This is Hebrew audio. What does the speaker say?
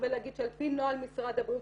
ולהגיד שעל פי נוהל משרד הבריאות,